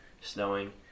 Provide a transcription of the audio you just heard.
snowing